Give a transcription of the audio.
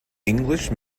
english